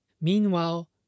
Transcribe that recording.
Meanwhile